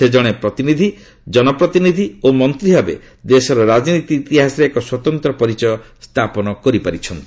ସେ ଜଣେ ଜନପ୍ରତିନିଧି ଓ ମନ୍ତ୍ରୀ ଭାବେ ଦେଶର ରାଜନୀତି ଇତିହାସରେ ଏକ ସ୍ୱତନ୍ତ୍ର ପରିଚୟ ସ୍ଥାପନ କରିପାରିଛନ୍ତି